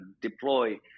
deploy